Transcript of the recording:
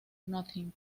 nothing